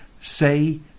say